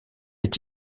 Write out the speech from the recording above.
est